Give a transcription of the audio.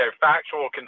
factual